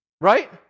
Right